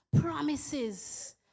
promises